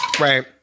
Right